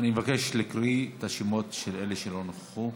מבקש להקריא את השמות של אלה שלא נכחו.